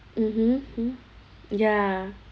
mmhmm mm ya